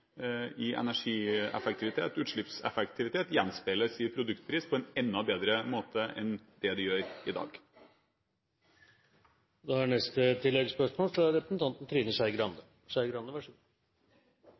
variasjoner i energieffektivitet/utslippseffektivitet gjenspeiles i produktpris på en enda bedre måte enn det gjør i dag. Trine Skei Grande